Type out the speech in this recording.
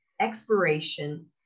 expiration